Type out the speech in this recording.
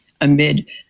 amid